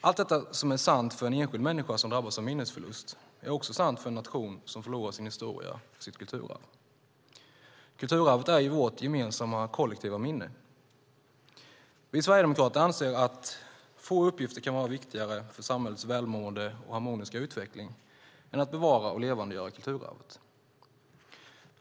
Allt detta som är sant för en enskild människa som drabbas av minnesförlust är också sant för en nation som förlorar sin historia och sitt kulturarv. Kulturarvet är ju vårt gemensamma kollektiva minne. Vi sverigedemokrater anser att få uppgifter kan vara viktigare för samhällets välmående och harmoniska utveckling än att bevara och levandegöra kulturarvet.